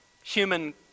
Human